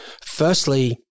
firstly